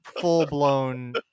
full-blown